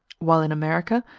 while in america,